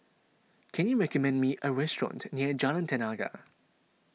can you recommend me a restaurant near Jalan Tenaga